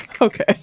Okay